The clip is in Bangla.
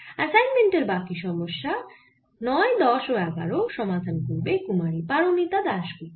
অ্যাসাইনমেন্ট এর বাকি সমস্যা 9 10 ও 11 সমাধান করবে কুমারি পারমিতা দাস গুপ্ত